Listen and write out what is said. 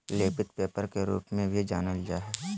लेपित पेपर के रूप में भी जानल जा हइ